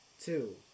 Two